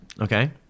Okay